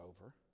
over